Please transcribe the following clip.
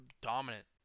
dominant